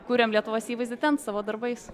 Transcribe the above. kuriam lietuvos įvaizdį ten savo darbais